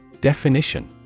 Definition